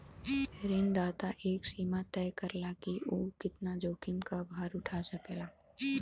ऋणदाता एक सीमा तय करला कि उ कितना जोखिम क भार उठा सकेला